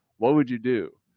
what would you do.